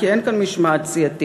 כי אין כאן משמעת סיעתית,